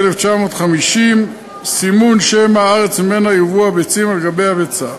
התש"י 1950 (סימון שם הארץ ממנה יובאו הביצים על-גבי הביצה).